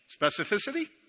specificity